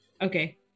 Okay